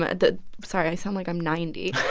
and the sorry. i sound like i'm ninety